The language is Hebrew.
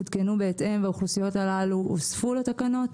הותקנו בהתאם והאוכלוסיות הללו הוספו לתקנות.